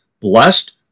Blessed